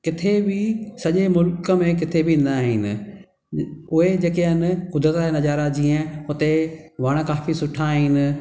किथे बि सॼे मुल्क में किथे बि न आहिनि उहे जेके आहिनि कुदरत जा नज़ारा जीअं हुते वण काफ़ी सुठा आहिनि